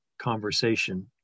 conversation